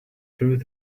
through